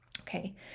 Okay